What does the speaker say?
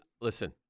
Listen